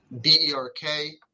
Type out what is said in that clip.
B-E-R-K